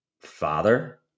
father